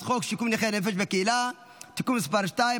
חוק שיקום נכי נפש בקהילה (תיקון מס' 2),